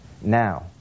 now